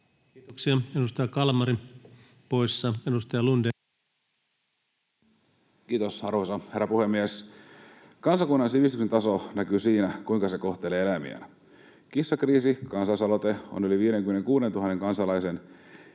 puolesta Time: 20:26 Content: Kiitos, arvoisa herra puhemies! Kansakunnan sivistyksen taso näkyy siinä, kuinka se kohtelee eläimiään. Kissakriisikansalaisaloite on yli 56 000 kansalaisen,